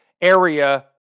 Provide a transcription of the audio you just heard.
area